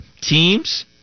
teams